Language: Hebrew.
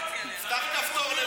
פתח כפתור.